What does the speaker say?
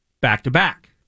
back-to-back